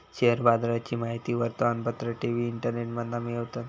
share बाजाराची माहिती वर्तमानपत्र, टी.वी, इंटरनेटमधना मिळवतत